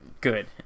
good